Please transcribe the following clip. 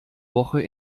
woche